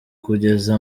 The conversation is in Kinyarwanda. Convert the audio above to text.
kugeza